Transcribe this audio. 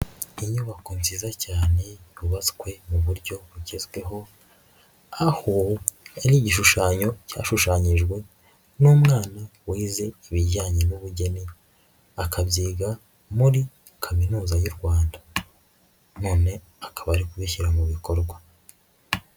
Inyubako nziza cyane yubatswe mu buryo bugezweho aho ari igishushanyo cyashushanyijwe n'umwana wize ibijyanye n'ubugeni akabyiga muri kaminuza y'u Rwanda, none akaba ari kubishyira mu bikorwa.